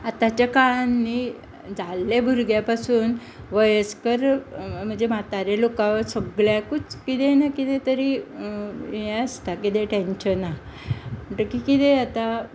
आतांच्या काळांत न्ही जाल्लें भुरग्या पसून वयस्कर म्हणजे म्हाताऱ्या लोकां पसून सगल्यांकूच कितें ना कितें हें आसता टेंशना म्हणटकीर कितें जाता